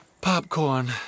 Popcorn